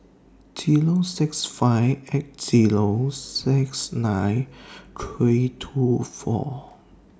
Zero six five eight Zero six nine three two four